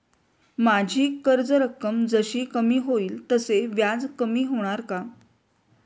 माझी कर्ज रक्कम जशी कमी होईल तसे व्याज कमी होणार का?